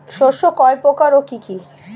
শস্য কয় প্রকার কি কি?